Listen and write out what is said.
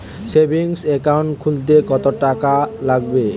Savings account খুলতে কতটাকা লাগবে?